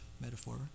metaphor